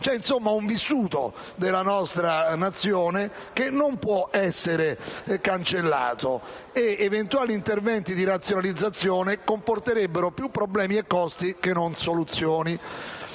C'è, insomma, un vissuto della nostra Nazione che non può essere cancellato ed eventuali interventi di razionalizzazione comporterebbero più problemi e costi che soluzioni.